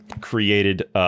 created